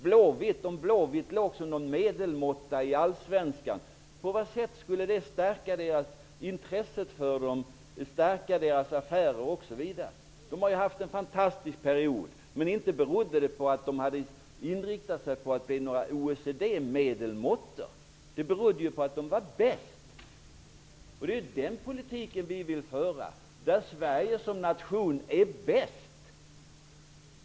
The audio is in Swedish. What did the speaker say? På vilket sätt skulle det stärka intresset för blåvitt och deras affärer om de låg som en medelmåtta i allsvenskan. De har ju haft en fantastisk period. Men det berodde inte på att de hade inriktat sig på att bli OECD-medelmåttor. Det berodde ju på att de var bäst. Det är den politiken vi vill föra. Sverige som nation skall vara bäst.